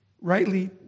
rightly